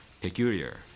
peculiar